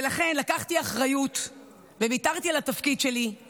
ולכן לקחתי אחריות וויתרתי על התפקיד שלי,